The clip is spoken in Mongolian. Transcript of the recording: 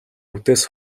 үдээс